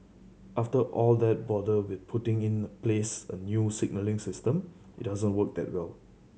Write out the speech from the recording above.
after all that bother with putting in place a new signalling system it doesn't work that well